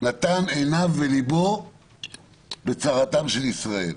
נתן עיניו וליבו בצרתם של ישראל.